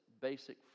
basic